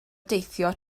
deithio